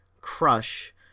crush